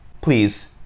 please